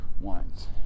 wines